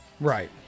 right